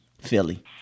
Philly